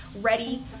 ready